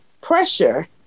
Pressure